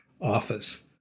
office